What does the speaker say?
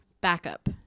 backup